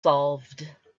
solved